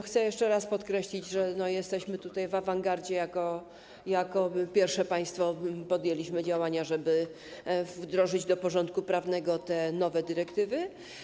Chcę jeszcze raz podkreślić, że jesteśmy tutaj w awangardzie, jako pierwsze państwo podjęliśmy działania, żeby wdrożyć do porządku prawnego te nowe dyrektywy.